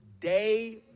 day